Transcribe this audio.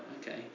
Okay